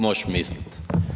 Moš mislit.